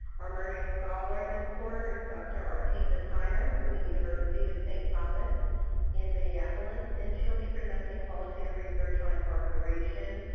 our emerging scholar this quarter is dr. artika tyner from the university of st. thomas in minneapolis, and she will be presenting qualitative research on incarceration,